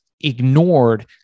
ignored